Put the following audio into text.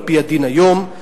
על-פי הדין היום,